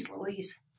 louise